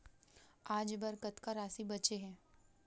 आज बर कतका राशि बचे हे?